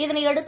இதனையடுத்து